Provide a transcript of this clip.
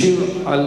ישיב על